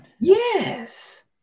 Yes